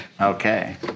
Okay